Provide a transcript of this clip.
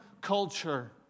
culture